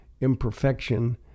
imperfection